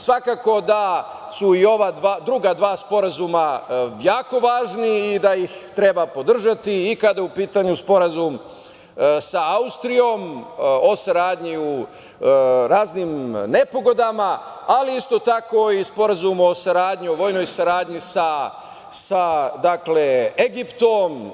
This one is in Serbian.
Svakako da su i druga dva sporazuma jako važna i da ih treba podržati, i kada je u pitanju Sporazum sa Austrijom o saradnji u raznim nepogodama, ali isto tako i Sporazum o vojnoj saradnji sa Egiptom.